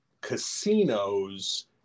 casinos